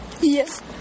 Yes